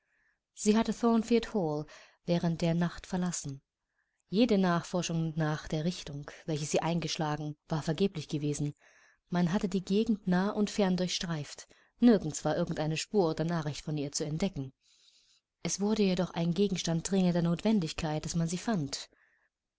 sie hatte thornfield hall während der nacht verlassen jede nachforschung nach der richtung welche sie eingeschlagen war vergeblich gewesen man hatte die gegend nah und fern durchstreift nirgend war irgend eine spur oder nach richt von ihr zu entdecken es wurde jedoch ein gegenstand dringender notwendigkeit daß man sie fand